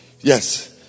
Yes